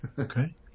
Okay